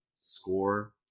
score